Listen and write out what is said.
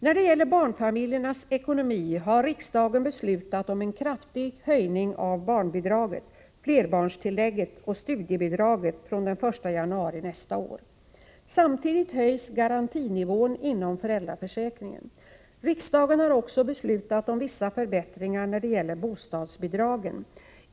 När det gäller barnfamiljernas ekonomi har riksdagen beslutat om en kraftig höjning av barnbidraget, flerbarnstillägget och studiebidraget från den 1 januari nästa år. Samtidigt höjs garantinivån inom föräldraförsäkringen. Riksdagen har också beslutat om vissa förbättringar när det gäller bostadsbidragen.